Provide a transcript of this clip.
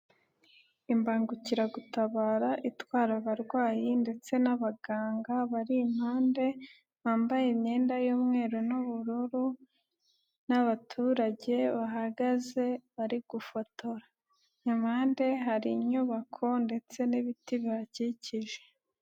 Imbangukiragutabara itwara abarwayi ndetse n'abaganga, bari impande bambaye imyenda y'umweru nubururu n'abaturage bahagaze bari gufotora. Impande hari inyubako ndetse n'ibiti bihakikije.